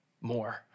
more